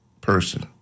Person